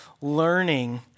learning